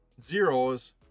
zeros